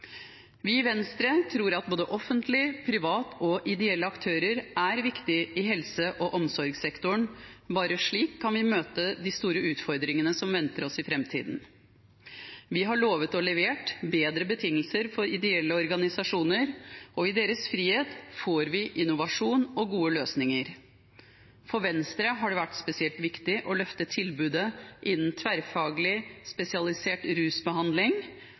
Vi i Venstre tror at både offentlige, private og ideelle aktører er viktige i helse- og omsorgssektoren. Bare slik kan vi møte de store utfordringene som venter oss i framtiden. Vi har lovet og levert bedre betingelser for ideelle organisasjoner, og i deres frihet får vi innovasjon og gode løsninger. For Venstre har det vært spesielt viktig å løfte tilbudet innen tverrfaglig spesialisert rusbehandling.